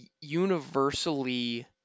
universally